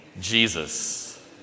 Jesus